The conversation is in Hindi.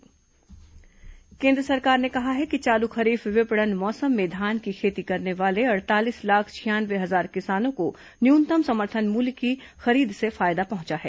धान खरीदी केन्द्र सरकार ने कहा है कि चालू खरीफ विपणन मौसम में धान की खेती करने वाले अड़तालीस लाख छियानवे हजार किसानों को न्यूनतम समर्थन मुल्य की खरीद से फायदा पहुंचा है